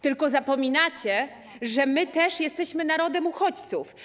Tylko zapominacie, że my też jesteśmy narodem uchodźców.